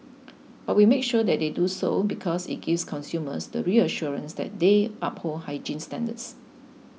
but we make sure that they do so because it gives consumers the reassurance that they uphold hygiene standards